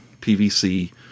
PVC